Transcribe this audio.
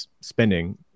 spending